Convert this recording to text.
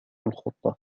الخطة